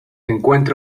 encuentra